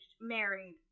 married